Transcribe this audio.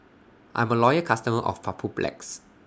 I'm A Loyal customer of Papulex